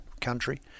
country